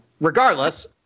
regardless